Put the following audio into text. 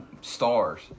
stars